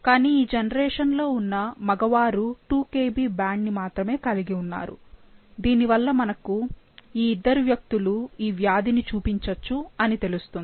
కానీ ఈ జనరేషన్ లో ఉన్న మగవారు 2 Kb బ్యాండ్ ని మాత్రమే కలిగి ఉన్నారు దీని వల్ల మనకు ఈ ఇద్దరు వ్యక్తులు ఈ వ్యాధిని చూపించొచ్చు అని తెలుస్తుంది